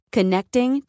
Connecting